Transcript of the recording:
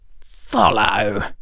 Follow